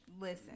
listen